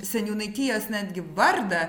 seniūnaitijos netgi vardą